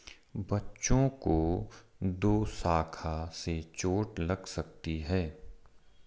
बच्चों को दोशाखा से चोट लग सकती है